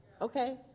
okay